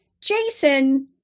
Jason